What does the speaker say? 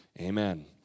Amen